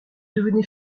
devenez